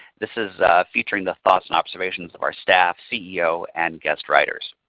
this is featuring the thoughts and observations of our staff, ceo, and guest writers.